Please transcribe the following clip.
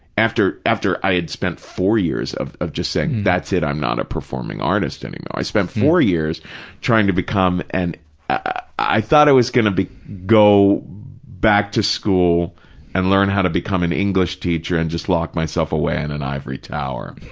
after after i had spent four years of of just saying, that's it, i'm not a performing artist anymore, i spent four years trying to become, and ah i thought it was going to be go back to school and learn how to become an english teacher and just lock myself away in an ivory tower.